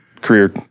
career